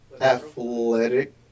athletic